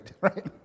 right